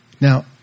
Now